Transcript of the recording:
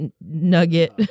Nugget